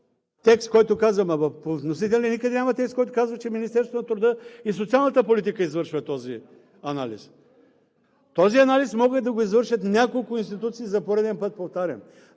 текст, който казва… Ама по вносител никъде няма текст, който казва, че Министерството на труда и социалната политика извършва този анализ. Този анализ могат да го извършат няколко институции – за пореден път повтарям!